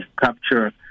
capture